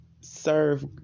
serve